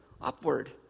upward